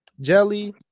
Jelly